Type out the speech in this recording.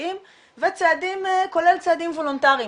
ממשלתיים וצעדים כולל וולונטריים.